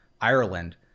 ireland